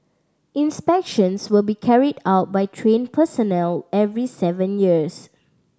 inspections will be carried out by trained personnel every seven years